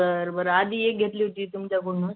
बरं बरं आधी एक घेतली होती तुमच्याकडून